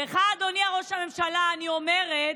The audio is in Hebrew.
לך, אדוני ראש הממשלה, אני אומרת: